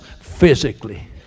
physically